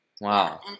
wow